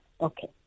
Okay